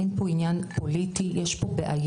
אין פה עניין פוליטי, יש פה בעיה.